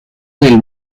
del